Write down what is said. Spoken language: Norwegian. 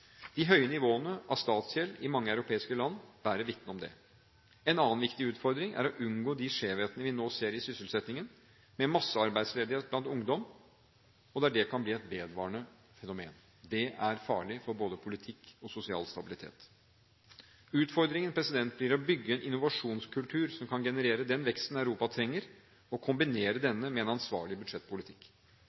De høye nivåene på statsgjeld i mange europeiske land bærer vitne om det. En annen viktig utfordring er å unngå de skjevhetene vi nå ser i sysselsettingen, med massearbeidsledighet blant ungdom, og der det kan bli et vedvarende fenomen. Det er farlig for både politikk og sosial stabilitet. Utfordringen blir å bygge en innovasjonskultur som kan generere den veksten Europa trenger, og kombinere denne med en ansvarlig budsjettpolitikk.